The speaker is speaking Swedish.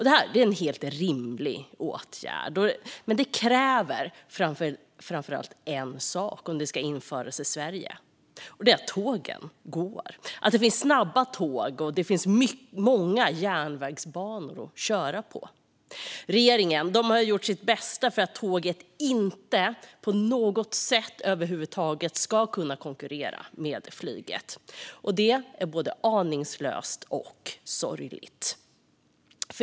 Det är en helt rimlig åtgärd, men det krävs framför allt en sak om den ska införas i Sverige: att tågen går, att det finns snabba tåg och att de har många järnvägsbanor att köra på. Regeringen har gjort sitt bästa för att tåget inte på något sätt ska kunna konkurrera med flyget, och det är både aningslöst och sorgligt.